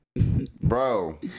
Bro